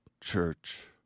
church